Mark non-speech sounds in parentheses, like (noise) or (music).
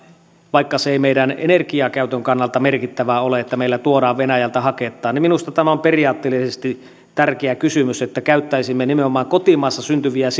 vaikka se ei meidän energiankäytön kannalta merkittävää ole meille tuodaan venäjältä haketta eli minusta tämä on periaatteellisesti tärkeä kysymys että käyttäisimme nimenomaan kotimaassa syntyviä (unintelligible)